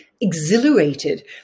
exhilarated